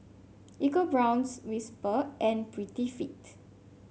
EcoBrown's Whisper and Prettyfit